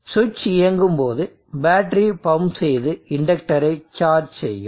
சுவிட்ச் இயங்கும் போது பேட்டரி பம்ப் செய்து இண்டக்டரை சார்ஜ் செய்யும்